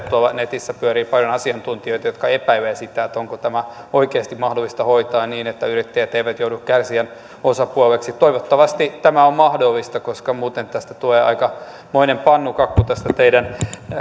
tuolla netissä pyörii paljon asiantuntijoita jotka epäilevät sitä onko tämä oikeasti mahdollista hoitaa niin että yrittäjät eivät joudu kärsijäosapuoleksi toivottavasti tämä on mahdollista koska muuten tulee aikamoinen pannukakku tästä teidän